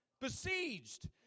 Besieged